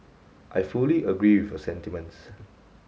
I fully agree with your sentiments